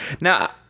Now